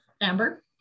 Amber